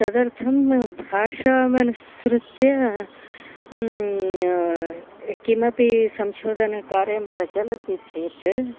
तदर्थं भाषामनुसृत्य किमपि संशोधनकार्यं प्रचलति चेत्